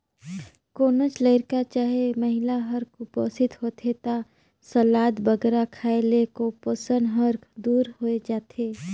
कोनोच लरिका चहे महिला हर कुपोसित होथे ता सलाद बगरा खाए ले कुपोसन हर दूर होए जाथे